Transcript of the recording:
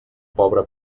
pobre